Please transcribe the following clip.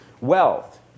wealth